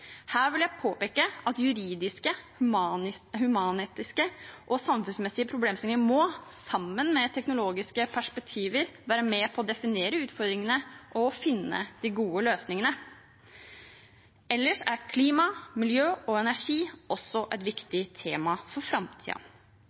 Her vil jeg påpeke at juridiske, humanetiske og samfunnsmessige problemstillinger, sammen med teknologiske perspektiver, må være med på definere utfordringene og finne de gode løsningene. Ellers er klima, miljø og energi også viktige temaer for